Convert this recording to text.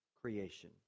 creation